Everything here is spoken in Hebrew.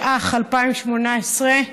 8), התשע"ח 2018,